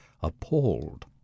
appalled